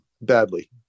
badly